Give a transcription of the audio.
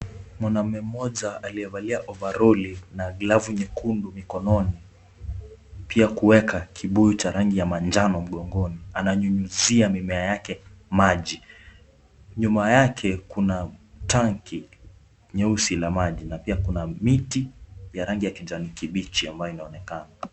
Mwanaume mmoja aliye valia ovaroli na glavu nyekundu mkononi pia kuweka kibuyu cha rangi ya manjano mgongoni. Ananyunyizia mimea yake maji, nyuma yake kuna tanki nyeusi la maji na pia kuna miti ya rangi ya kijani kibichi ambavyo inaonekana.